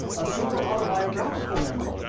a super autobiographical memory.